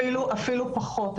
אפילו פחות.